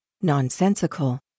nonsensical